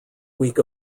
week